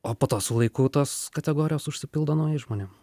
o po to su laiku tos kategorijos užsipildo naujais žmonėm